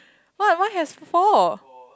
what why has four